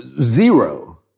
Zero